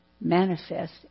manifest